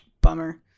Bummer